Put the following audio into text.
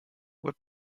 were